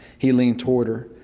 he leaned toward her,